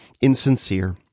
insincere